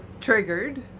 triggered